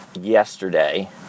yesterday